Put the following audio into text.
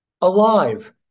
alive